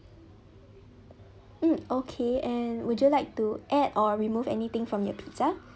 um okay and would you like to add or remove anything from your pizza